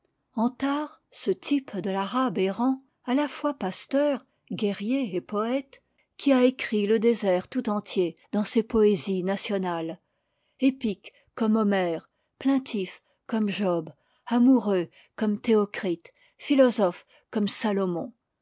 antar ce type de l'arabe errant à la fois pasteur guerrier et poète qui a écrit le désert tout entier dans ses poésies nationales épique comme homère plaintif comme job amoureux commethéocrite philosophe comme salomon